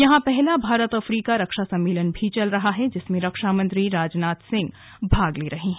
यहां पहला भारत अफ्रीका रक्षा सम्मेलन भी चल रहा है जिसमें रक्षा मंत्री राजनाथ सिंह भाग ले रहे है